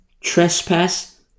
trespass